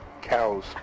cows